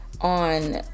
on